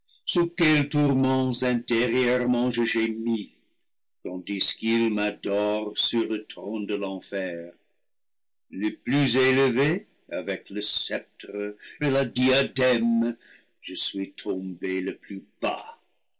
quels tourments intérieure ment je gémis tandis qu'ils m'adorent sur le trône de l'enfer le plus élevé avec le sceptre et le diadème je suis tombé le plus bas